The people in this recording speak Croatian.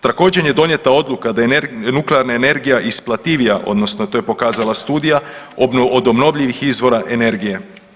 Također je donijeta odluka da je nuklearna energija isplativija odnosno to je pokazala studija od obnovljivih izvora energije.